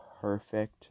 perfect